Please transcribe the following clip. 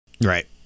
Right